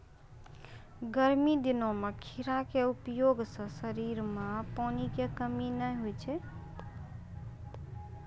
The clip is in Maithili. गर्मी दिनों मॅ खीरा के उपयोग सॅ शरीर मॅ पानी के कमी नाय होय छै